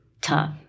tough